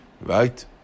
Right